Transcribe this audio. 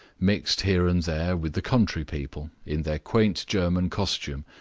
mixed here and there with the country people, in their quaint german costume,